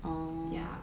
yeah